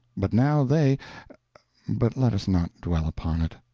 but now they but let us not dwell upon it.